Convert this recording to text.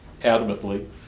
adamantly